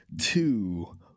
two